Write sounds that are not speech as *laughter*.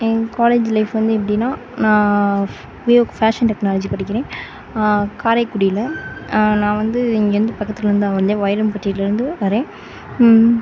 என் college life வந்து எப்படின்னா நான் *unintelligible* ஃபேஷன் டெக்னாலஜி படிக்கிறேன் காரைக்குடியில் நான் வந்து இங்கேருந்து பக்கத்துலேருந்துதான் வந்தேன் வைரம்பட்டியிலேருந்து வரேன்